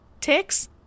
ticks